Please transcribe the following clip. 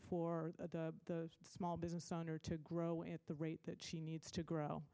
for the small business owner to grow at the rate that she needs to grow